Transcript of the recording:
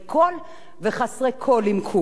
וזה משהו שאנחנו לא יכולים להרשות אותו.